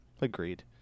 Agreed